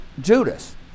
Judas